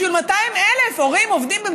בשביל 200,000 הורים עובדים ועניים